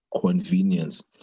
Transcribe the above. convenience